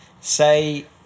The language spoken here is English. say